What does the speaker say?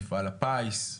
מפעל הפיס,